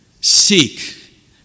Seek